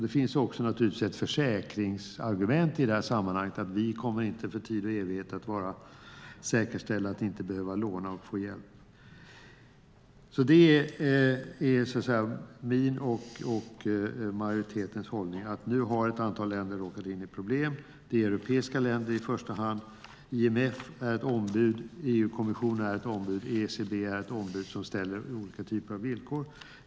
Det finns naturligtvis också ett försäkringsargument i detta sammanhang, nämligen att vi för tid och evighet inte kommer att vara säkra på att inte behöva låna och få hjälp. Det är min och majoritetens hållning. Nu har ett antal länder råkat in i problem. Det är i första hand europeiska länder. IMF är ett ombud, EU-kommissionen är ett ombud och ECB är ett ombud som ställer olika typer av villkor.